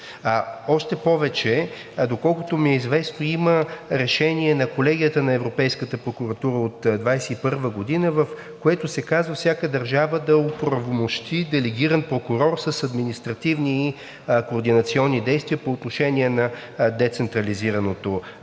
Още повече, доколкото ми е известно, има решение на Колегията на Европейската прокуратура от 2021 г., в което се казва: „Всяка държава да оправомощи делегиран прокурор с административни и координационни действия по отношение на децентрализираното ниво